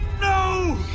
No